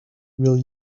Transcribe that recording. will